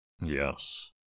Yes